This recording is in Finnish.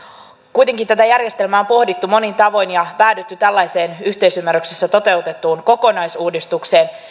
kuitenkin tätä järjestelmää on pohdittu monin tavoin ja päädytty tällaiseen yhteisymmärryksessä toteutettuun kokonaisuudistukseen